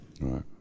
Right